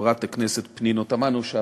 לחברת הכנסת פנינה תמנו-שטה.